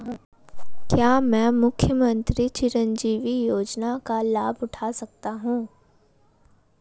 क्या मैं मुख्यमंत्री चिरंजीवी योजना का लाभ उठा सकता हूं?